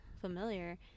familiar